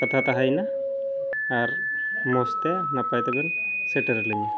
ᱠᱟᱛᱷᱟ ᱛᱟᱦᱮᱸᱭᱮᱱᱟ ᱟᱨ ᱢᱚᱡᱽᱛᱮ ᱱᱟᱯᱟᱭᱛᱮᱵᱮᱱ ᱥᱮᱴᱮᱨᱟᱞᱤᱧᱟ